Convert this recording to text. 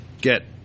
get